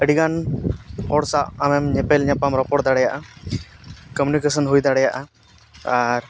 ᱟᱹᱰᱤ ᱜᱟᱱ ᱦᱚᱲ ᱥᱟᱶ ᱟᱢᱮᱢ ᱧᱮᱯᱮᱞ ᱧᱟᱯᱟᱢ ᱨᱚᱯᱚᱲ ᱫᱟᱲᱮᱭᱟᱜᱼᱟ ᱠᱚᱢᱤᱭᱩᱱᱤᱠᱮᱥᱚᱱ ᱦᱩᱭ ᱫᱟᱲᱮᱭᱟᱜᱼᱟ ᱟᱨ